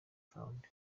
fund